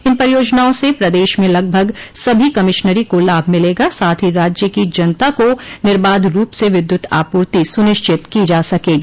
इन परियोजनाओं से प्रदेश में लगभग सभी कमिश्नरी को लाभ मिलेगा साथ ही राज्य की जनता को निर्बाध रूप से विद्युत आपूर्ति सूनिश्चित की जा सकेगी